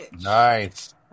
Nice